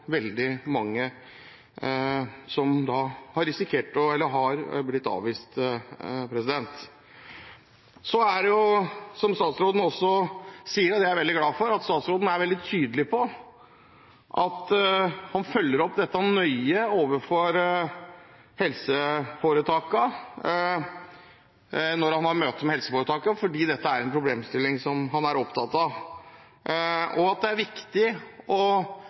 veldig mange. Jeg er glad for at statsråden er veldig tydelig på at han følger opp dette nøye overfor helseforetakene når han har møter med dem, fordi dette er en problemstilling som han er opptatt av, og det er viktig å